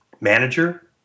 manager